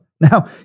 Now